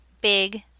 big